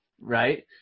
Right